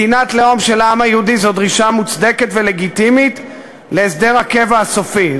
מדינת לאום של העם היהודי זו דרישה מוצדקת ולגיטימית להסדר הקבע הסופי.